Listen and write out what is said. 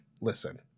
listen